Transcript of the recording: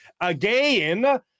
again